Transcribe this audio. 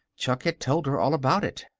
chuck had told her all about it.